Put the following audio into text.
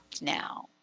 now